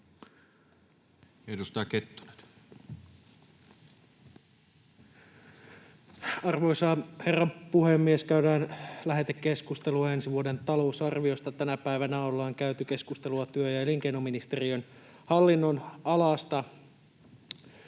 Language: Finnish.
19:37 Content: Arvoisa herra puhemies! Käydään lähetekeskustelua ensi vuoden talousarviosta. Tänä päivänä ollaan käyty keskustelua työ‑ ja elinkeinoministeriön hallinnonalasta.